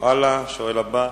השואלת הבאה,